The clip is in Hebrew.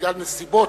בגלל נסיבות,